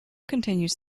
continues